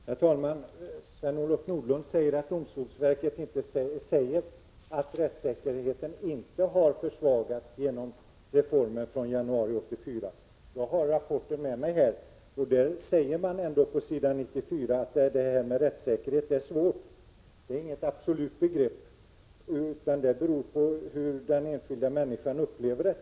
Herr talman! Sven-Olof Nordlund säger att domstolsverket har sagt att rättssäkerheten inte har försvagats genom reformen från januari 1984. Jag har rapporten med mig. På s. 94 i rapporten sägs det att rättssäkerheten är en svår fråga och att den inte är något absolut begrepp, utan rättssäkerheten beror på hur den enskilda människan upplever den.